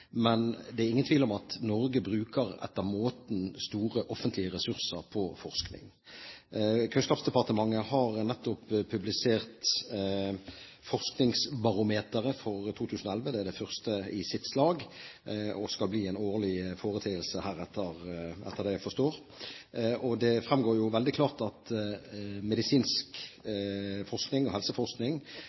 Men det er ingen tvil om at Norge bruker etter måten store offentlige ressurser på forskning. Kunnskapsdepartementet har nettopp publisert Forskningsbarometeret 2011. Det er det første i sitt slag og skal bli en årlig foreteelse heretter, etter det jeg forstår. Det framgår jo veldig klart at medisinsk forskning og helseforskning